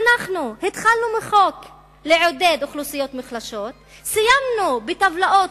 אנחנו התחלנו מחוק שבא לעודד אוכלוסיות מוחלשות וסיימנו בטבלאות